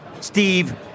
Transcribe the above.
Steve